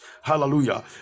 Hallelujah